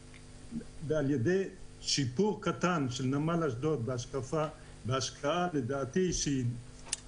על ידי שיפור קטן של נמל אשדוד בהשקעה שהיא לדעתי זניחה,